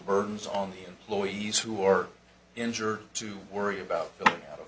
burdens on the employees who are injured to worry about